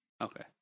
Okay